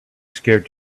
scared